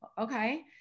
okay